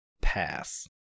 Pass